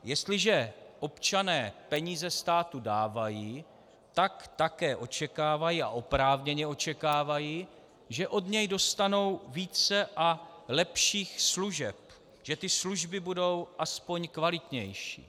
Jestliže občané peníze státu dávají, tak také očekávají, a oprávněně očekávají, že od něj dostanou více a lepších služeb, že ty služby budou aspoň kvalitnější.